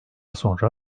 sonra